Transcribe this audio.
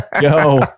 go